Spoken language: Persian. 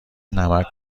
نمک